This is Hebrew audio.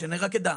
שאני רק אדע.